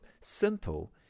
simple